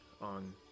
on